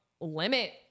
limit